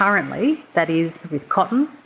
currently that is with cotton,